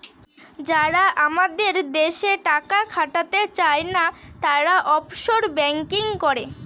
যারা আমাদের দেশে টাকা খাটাতে চায়না, তারা অফশোর ব্যাঙ্কিং করে